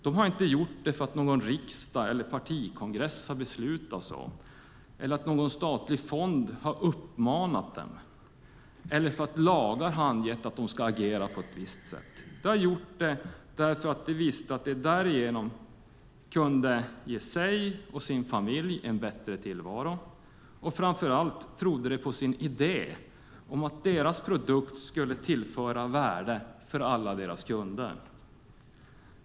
Det har de inte gjort därför att en riksdag eller en partikongress har beslutat så, därför att någon statlig fond har uppmanat dem att göra det eller därför att lagar angett att de ska agera på ett visst sätt. De har gjort det för att de visste att de därigenom kunde ge sig och sin familj en bättre tillvaro, och framför allt trodde de på sin idé om att deras produkt skulle tillföra värde för alla deras kunder.